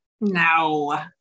no